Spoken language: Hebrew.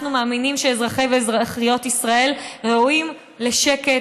אנחנו מאמינים שאזרחי ואזרחיות ישראל ראויים לשקט,